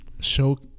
Show